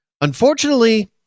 Unfortunately